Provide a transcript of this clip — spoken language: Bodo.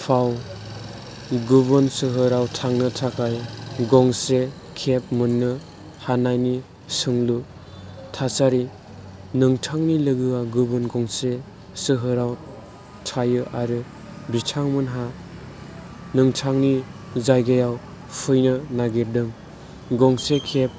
गुबुन सोहोराव थांनो थाखाय गंसे केब मोननो हानायनि सोंलु थासारि नोंथांनि लोगोआ गुबुन गंसे सोहोराव थायो आरो बिथांमोनहा नोंथांनि जायगायाव फैनो नागिरदों गंसे केब